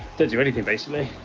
don't do anything basically.